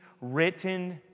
written